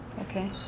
Okay